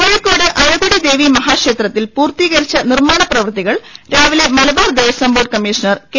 കോഴിക്കോട് അഴകൊടി ദേവി മഹാക്ഷേത്രത്തിൽ പൂർത്തീകരിച്ചു നിർമാണ പ്രവൃത്തികൾ രാവിലെ Malabar Devaswom board commissioner K